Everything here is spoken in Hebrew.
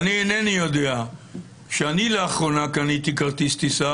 כשאני לאחרונה קניתי כרטיס טיסה,